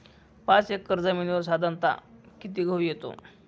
पाच एकर जमिनीवर साधारणत: किती गहू येतो?